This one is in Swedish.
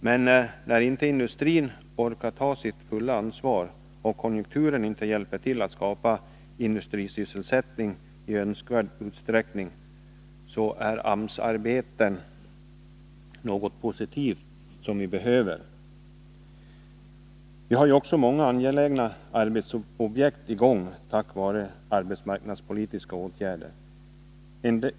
Men när inte industrin orkar ta sitt fulla ansvar och konjunkturen inte hjälper till att skapa industrisysselsättning i önskvärd utsträckning, är AMS-arbeten något positivt och något som vi behöver. Vi har ju många angelägna arbetsobjekt i gång tack vare arbetsmarknadspolitiska åtgärder.